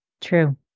True